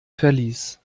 verlies